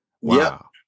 Wow